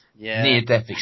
near-death